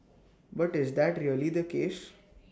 but is that really the case